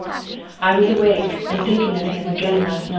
i was awake and thinking of him again last night.